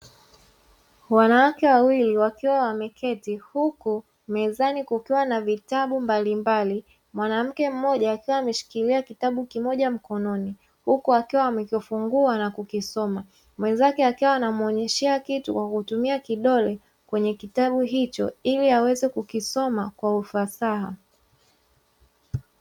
Wanawake wawili wakiwa wameketi huku mezani kukiwa na vitabu mbalimbali. Mwanamke mmoja akiwa ameshikilia kitabu kimoja mkononi, huku akiwa amekifungua na kukisoma, mwenzake akiwa anamwonyeshea kitu kwa kutumia kidole kwenye kitabu hicho ili aweze kukisoma kwa ufasaha.